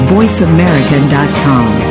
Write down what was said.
VoiceAmerica.com